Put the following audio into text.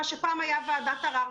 מה שפעם היה ועדה ערר.